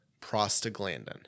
prostaglandin